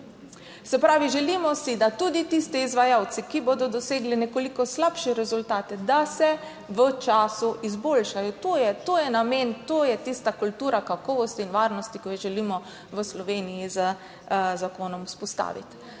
Se pravi, želimo si, da tudi tisti izvajalci, ki bodo dosegli nekoliko slabše rezultate, da se v času izboljšajo. To je, to je namen, to je tista kultura kakovosti in varnosti, ki jo želimo v Sloveniji z zakonom vzpostaviti.